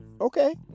Okay